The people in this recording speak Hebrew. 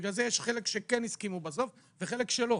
בגלל זה יש חלק שכן הסכימו בסוף וחלק שלא.